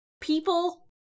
people